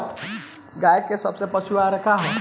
गाय के सबसे अच्छा पशु आहार का ह?